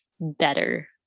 better